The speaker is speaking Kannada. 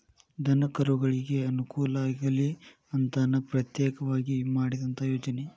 ದನಕರುಗಳಿಗೆ ಅನುಕೂಲ ಆಗಲಿ ಅಂತನ ಪ್ರತ್ಯೇಕವಾಗಿ ಮಾಡಿದಂತ ಯೋಜನೆ